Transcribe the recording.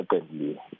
Secondly